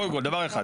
קודם כל, דבר אחד.